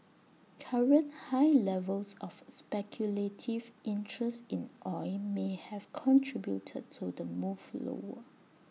current high levels of speculative interest in oil may have contributed to the move lower